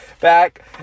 back